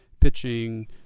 pitching